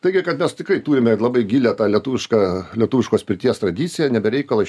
taigi kad mes tikrai turime ir labai gilią tą lietuvišką lietuviškos pirties tradiciją ne be reikalo